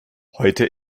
heute